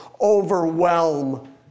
overwhelm